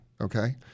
okay